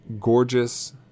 gorgeous